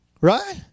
right